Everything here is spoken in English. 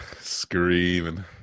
screaming